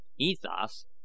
Ethos